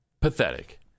pathetic